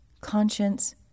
conscience